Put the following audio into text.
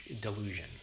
delusion